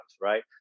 right